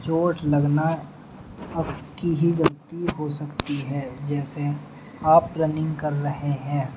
چوٹ لگنا آپ کی ہی غلطی ہو سکتی ہے جیسے آپ رننگ کر رہے ہیں